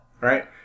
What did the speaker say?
right